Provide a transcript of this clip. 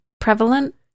prevalent